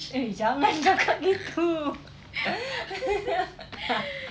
eh jangan cakap gitu